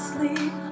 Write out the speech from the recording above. sleep